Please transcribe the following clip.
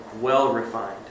well-refined